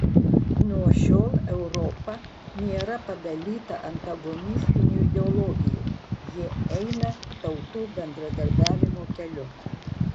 nuo šiol europa nėra padalyta antagonistinių ideologijų ji eina tautų bendradarbiavimo keliu